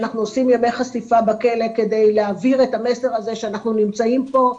אנחנו עושים ימי חשיפה בכלא כדי להעביר את המסר הזה שאנחנו נמצאים פה.